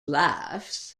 laughs